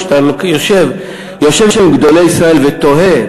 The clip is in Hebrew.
כשאתה יושב עם גדולי ישראל ותוהה,